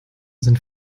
sind